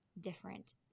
different